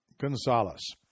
Gonzalez